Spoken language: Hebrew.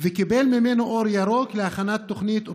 וקיבל ממנו אור ירוק להכנת תוכנית אופרטיבית.